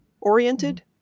oriented